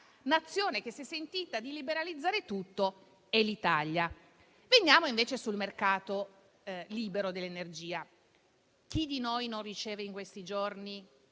Nazione che si è sentita di liberalizzare tutto è l'Italia. Veniamo invece al mercato libero dell'energia. Chi di noi non riceve in questi giorni